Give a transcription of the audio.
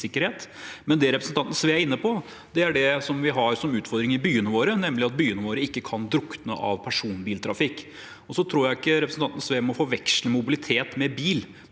Det representanten Sve er inne på, er det vi har som utfordringer i byene våre, nemlig at byene våre ikke kan drukne av personbiltrafikk. Jeg tror ikke representanten Sve må forveksle mobilitet med bil.